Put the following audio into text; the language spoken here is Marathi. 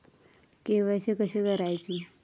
के.वाय.सी कशी करायची?